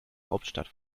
hauptstadt